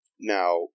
Now